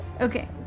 Okay